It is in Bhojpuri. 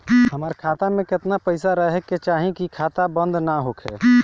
हमार खाता मे केतना पैसा रहे के चाहीं की खाता बंद ना होखे?